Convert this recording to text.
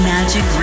Magic